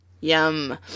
Yum